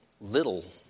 little